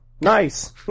nice